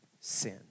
sin